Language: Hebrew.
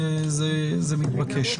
זה מתבקש.